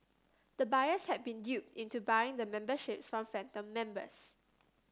the buyers had been duped into buying the memberships from phantom members